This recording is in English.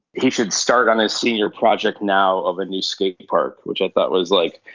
he should start on his senior project now of a new skatepark which i thought was like,